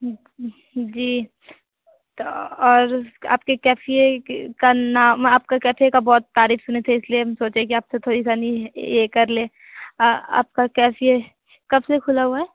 जी तो और आपके कैफै के का नाम आपका कैफे का बहुत तारीफ सुने थे इसीलिए हम सोचे की आप से थोड़ी सारी यह कर लें आ आपका कैफै कब से खुला हुआ है